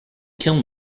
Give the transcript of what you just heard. kill